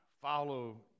follow